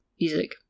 music